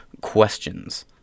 Questions